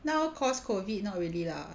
now cause COVID not really lah